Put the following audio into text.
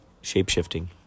shape-shifting